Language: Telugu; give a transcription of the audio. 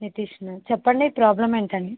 నితీష్నా చెప్పండి ప్రాబ్లమ్ ఏంటండి